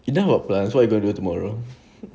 you don't have class so what you gonna do tomorrow